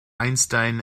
einstein